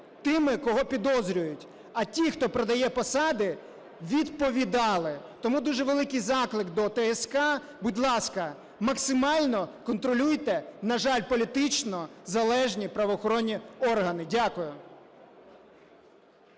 тими, кого підозрюють, а ті, хто продає посади, відповідали. Тому дуже великий заклик до ТСК. Будь ласка, максимально контролюйте, на жаль, політично залежні правоохоронні органи. Дякую.